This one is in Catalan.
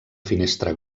finestra